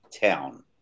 town